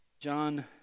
John